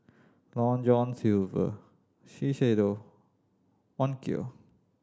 Long John Silver Shiseido Onkyo